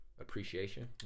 appreciation